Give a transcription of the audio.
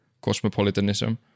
cosmopolitanism